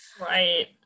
Right